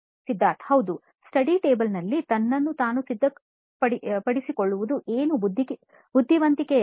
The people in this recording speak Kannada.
ಸಿದ್ಧಾರ್ಥ್ ಹೌದು ಸ್ಟಡಿ ಟೇಬಲ್ ನಲ್ಲಿ ತನ್ನನ್ನು ತಾನು ಸಿದ್ಧಪಡಿಸಿಕೊಳ್ಳುವುದು ಏನು ಬುದ್ದಿವಂತಿಕೆಯಲ್ಲ